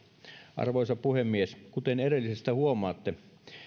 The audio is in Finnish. arvoisa puhemies kuten edellisestä huomaatte